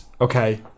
Okay